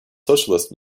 socialist